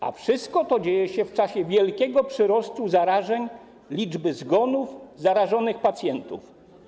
A wszystko to dzieje się w czasie wielkiego przyrostu zarażeń, liczby zgonów zarażonych pacjentów.